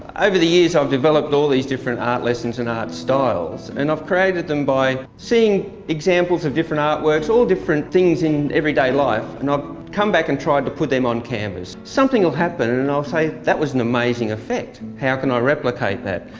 over the years i've developed all these different art lessons and art styles. and i've created them by seeing examples of different art works, all all different things in everyday life, and i've come back and tried to put them on canvas. something will happen and i'll say that was an amazing effect. how can i replicate that,